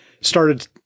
started